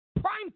prime